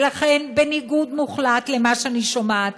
ולכן, בניגוד מוחלט למה שאני שומעת,